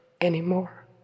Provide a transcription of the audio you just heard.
anymore